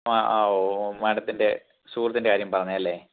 ആ ആ ഓ ഓ മാഡത്തിൻ്റെ സുഹൃത്തിൻ്റെ കാര്യം പറഞ്ഞത് അല്ലേ